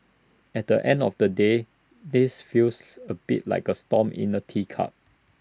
at the end of the day this feels A bit like A storm in A teacup